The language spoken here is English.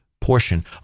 portion